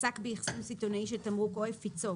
עסק באחסון סיטונאי של תמרוק או הפיצו